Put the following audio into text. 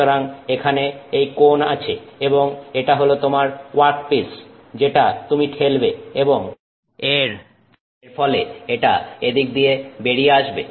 সুতরাং এখানে এই কোণ আছে এবং এটা হল তোমার ওয়ার্কপিস যেটা তুমি ঠেলবে এবং এর ফলে এটা এদিক দিয়ে বেরিয়ে আসবে